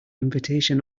invitation